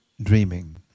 dreaming